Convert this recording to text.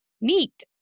Neat